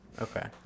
Okay